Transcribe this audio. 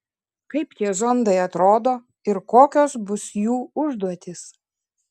kaip tie zondai atrodo ir kokios bus jų užduotys